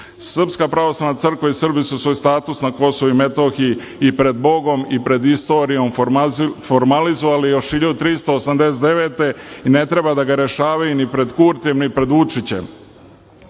Srpska pravoslavna crkva i Srbi su svoj status na Kosovu i Metohiji i pred Bogom i pred istorijom formalizovali još 1389. godine i ne treba da ga rešavaju ni pred Kurtijem ni pred Vučićem.